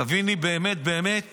תביני באמת באמת